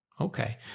Okay